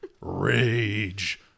Rage